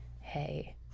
hey